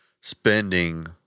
spending